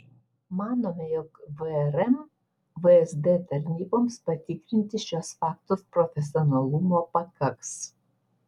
manome jog vrm vsd tarnyboms patikrinti šiuos faktus profesionalumo pakaks